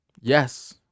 yes